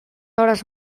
hores